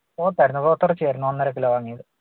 പോത്ത് ആയിരുന്നു പോത്തിറച്ചി ആയിരുന്നു ഒന്നര കിലോ വാങ്ങിയത്